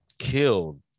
killed